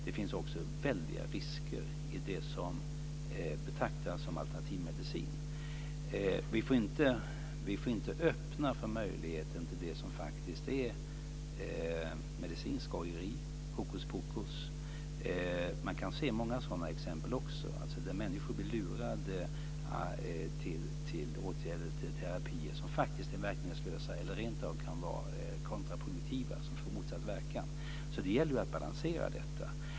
Det finns också stora risker med det som betraktas som alternativmedicin. Vi får inte öppna för möjligheten för medicinskt skojeri, hokuspokus. Man kan se många sådana exempel där människor blir lurade till terapier som är verkningslösa eller rentav kan vara kontraproduktiva, som får motsatt verkan. Så det gäller att balansera detta.